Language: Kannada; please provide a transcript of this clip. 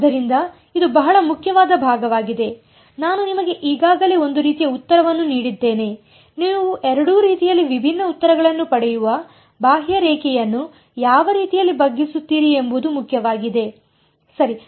ಆದ್ದರಿಂದ ಇದು ಬಹಳ ಮುಖ್ಯವಾದ ಭಾಗವಾಗಿದೆ ನಾನು ನಿಮಗೆ ಈಗಾಗಲೇ ಒಂದು ರೀತಿಯ ಉತ್ತರವನ್ನು ನೀಡಿದ್ದೇನೆ ನೀವು ಎರಡೂ ರೀತಿಯಲ್ಲಿ ವಿಭಿನ್ನ ಉತ್ತರಗಳನ್ನು ಪಡೆಯುವ ಬಾಹ್ಯರೇಖೆಯನ್ನು ಯಾವ ರೀತಿಯಲ್ಲಿ ಬಗ್ಗಿಸುತ್ತೀರಿ ಎಂಬುದು ಮುಖ್ಯವಾಗಿದೆ ಸರಿ